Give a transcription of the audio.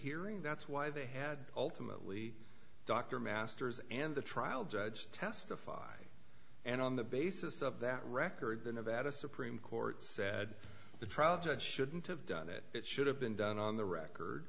hearing that's why they had ultimately dr masters and the trial judge testified and on the basis of that record the nevada supreme court said the trial judge shouldn't have done it it should have been done on the record